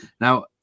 Now